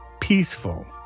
peaceful